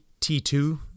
T2